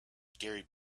gary